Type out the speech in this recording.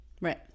Right